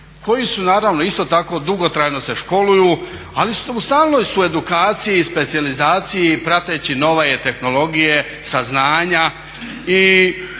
koji su naravno isto tako dugotrajno se školuju, ali u stalnoj su edukaciji, specijalizaciji prateći nove tehnologije, saznanja.